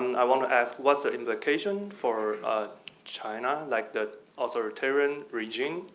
i want to ask what's the implication for china, like the authoritarian regime,